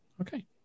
Okay